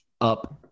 up